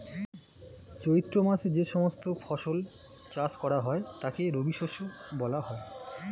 চৈত্র মাসে যে সমস্ত ফসল চাষ করা হয় তাকে রবিশস্য বলা হয়